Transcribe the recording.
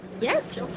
Yes